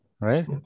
right